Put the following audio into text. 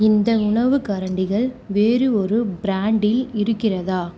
இந்த உணவுக்கரண்டிகள் வேறொரு பிராண்டில் இருக்கிறதா